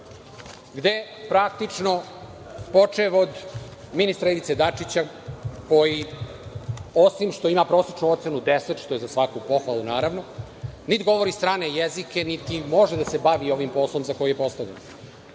gde, praktično, počev od ministra Ivice Dačića, koji osim što ima prosečnu ocenu 10, što je za svaku pohvalu, naravno, niti govori strane jezike, niti može da se bavi ovim poslom za koji je postavljen.